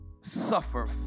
suffer